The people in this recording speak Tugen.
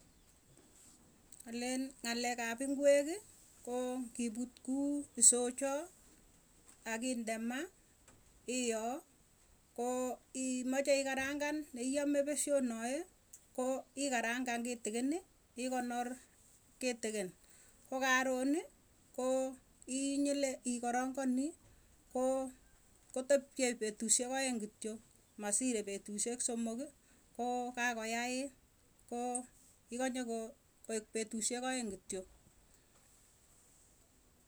Alen ng'alekap ingwekii koo ngiput kuu isochoo akinde maa iyoo koo imache ikarangen neiyame pesyonoe, koo ikarangan kitikinii ikonor kitikin, kokaronii koo inyile ikaronganii koo kotepchei petusyek aeng kityo masiree petusyek somokii koo kakoyait koo ikanye koek petusyek aeng kityok.